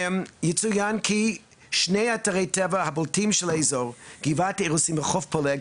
יצויין כי שני אתרי טבע הבולטים של האזור גבעת האירוסים וחוף פולג,